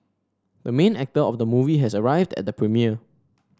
the main actor of the movie has arrived at the premiere